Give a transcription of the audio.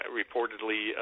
reportedly